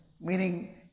meaning